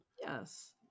Yes